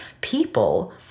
people